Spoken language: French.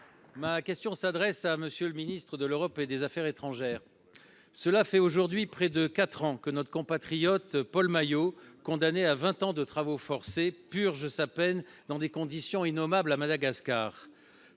Ma question s’adresse à M. le ministre de l’Europe et des affaires étrangères. Cela fait aujourd’hui près de quatre ans que notre compatriote Paul Maillot, condamné à vingt ans de travaux forcés, purge sa peine dans des conditions innommables à Madagascar.